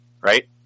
right